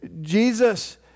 Jesus